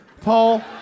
Paul